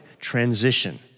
Transition